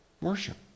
Worship